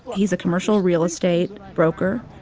he's a commercial real estate broker.